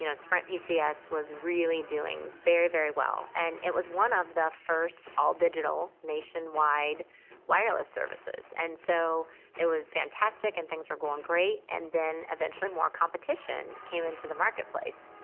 you know sprint pcs was really doing very, very well and it was one of the first all digital nationwide wireless services. and so it was fantastic and things were going great and then eventually more competition came into the marketplace.